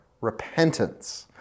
repentance